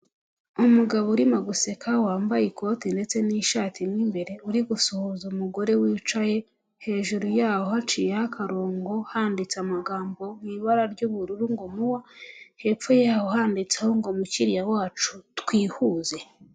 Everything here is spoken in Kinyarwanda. Umugabo urimo guseka wambaye ikote ndetse n'ishati mo imbere uri gusuhuza umugore wicaye, hejuru y'aho haciyeho akarongo, handitse amagambo mu ibara ry'ubururu ngo MUA, hepfo yawo handitseho ngo mukiriya wacu twihuze.